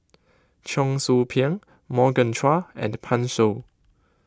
Cheong Soo Pieng Morgan Chua and Pan Shou